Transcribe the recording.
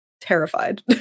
terrified